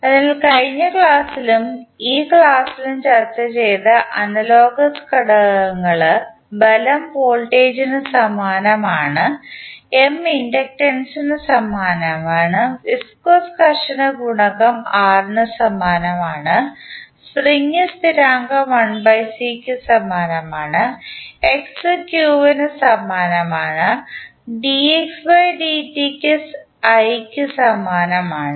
അതിനാൽ കഴിഞ്ഞ ക്ലാസ്സിൽ ഉം ഈ ക്ലാസ്സിൽ ഉം ചർച്ച ചെയ്ത അനലോഗ്സ് ഘടകങ്ങൾ ബലം വോൾട്ടേജിന് സമാനമാണ് എം ഇൻഡക്റ്റൻസിന് സമാനമാണ് വിസ്കോസ് ഘർഷണ ഗുണകം R ന് സമാനമാണ് സ്പ്രിംഗ് സ്ഥിരാങ്കം 1 C ക്ക് സമാനമാണ് x q ന് സമാനമാണ് dxdt i ക്ക് സമാനമാണ്